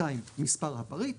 מספר הפריט,